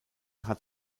hat